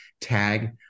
tag